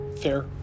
fair